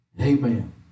Amen